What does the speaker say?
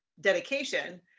dedication